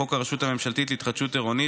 חוק הרשות הממשלתית להתחדשות עירונית,